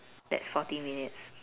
that's forty minutes